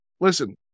listen